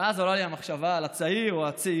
ואז עולה לי המחשבה על הצעיר או הצעירה